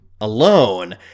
alone